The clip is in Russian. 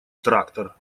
трактор